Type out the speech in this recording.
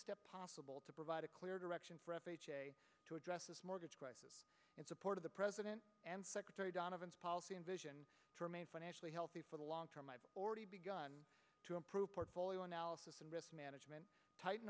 step possible to provide a clear direction to address this mortgage crisis in support of the president and secretary donovan's policy and vision to remain financially healthy for the long term i've already begun to improve portfolio analysis and risk management tighten